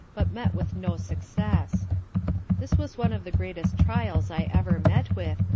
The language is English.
but met with no success this was one of the greatest trials i ever met with,